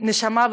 נשמה,